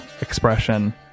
expression